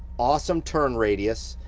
awesome turn radius,